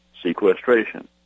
sequestration